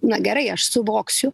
na gerai aš suvoksiu